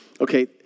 Okay